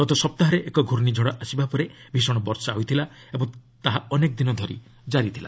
ଗତ ସପ୍ତାହରେ ଏକ ଘୂର୍ଷ୍ଣିଝଡ଼ ଆସିବା ପରେ ଭୀଷଣ ବର୍ଷା ହୋଇଥିଲା ଓ ତାହା ଅନେକ ଦିନ ଜାରି ରହିଥିଲା